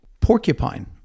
porcupine